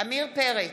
עמיר פרץ,